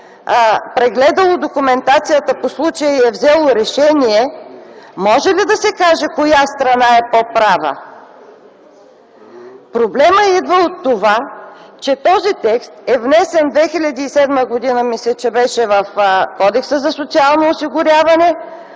прегледала документацията по случая и е взела решение, може ли да се каже коя страна е по-права? Проблемът идва от това, че този текст е внесен 2007 г. – мисля, че беше в Кодекса за социално осигуряване,